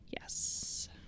Yes